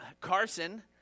Carson